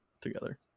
together